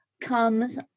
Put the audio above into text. comes